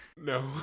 No